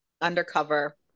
undercover